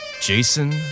Jason